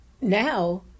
now